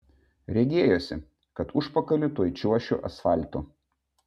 regėjosi kad užpakaliu tuoj čiuošiu asfaltu